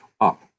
up